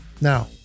Now